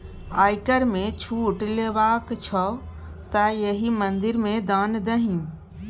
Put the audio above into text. आयकर मे छूट लेबाक छौ तँ एहि मंदिर मे दान दही